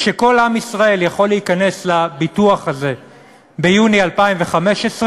כשכל עם ישראל יכול להיכנס לביטוח הזה ביוני 2015,